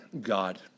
God